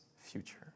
future